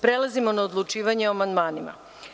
Prelazimo na odlučivanje o amandmanima.